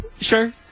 sure